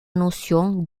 notion